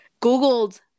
Googled